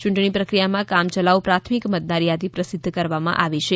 ચૂંટણી પ્રક્રિયામાં કામચલાઉ પ્રાથમિક મતદારયાદી પ્રસિધ્ધ કરવામાં આવી છે